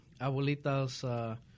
abuelitas